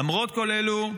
למרות כל אלו,